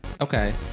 Okay